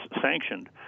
sanctioned